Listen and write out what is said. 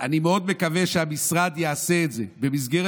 אני מאוד מקווה שהמשרד יעשה את זה במסגרת